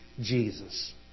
Jesus